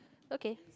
okay